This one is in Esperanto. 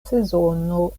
sezono